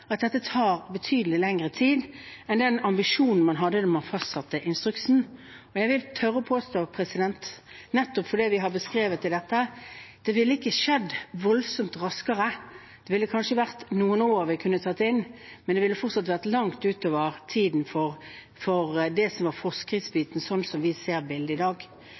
at dette tar betydelig lengre tid enn den ambisjonen man hadde da man fastsatte instruksen. Jeg vil tørre å påstå, nettopp fordi vi har beskrevet dette, at det ikke ville skjedd voldsomt raskere. Det ville kanskje vært noen år vi kunne tatt inn, men det ville fortsatt vært langt utover tiden for det som var forskriftsbiten, slik vi ser bildet i dag.